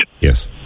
Yes